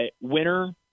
winner